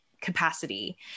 capacity